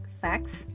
facts